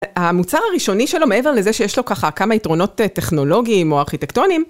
המוצר הראשוני שלו מעבר לזה שיש לו ככה כמה יתרונות טכנולוגיים או ארכיטקטוניים.